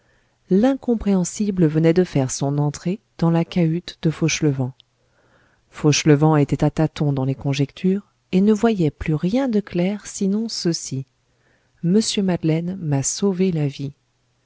l'incompréhensible venait de faire son entrée dans la cahute de fauchelevent fauchelevent était à tâtons dans les conjectures et ne voyait plus rien de clair sinon ceci mr madeleine m'a sauvé la vie